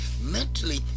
mentally